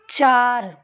ਚਾਰ